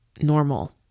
normal